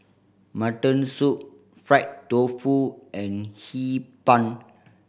mutton soup fried tofu and Hee Pan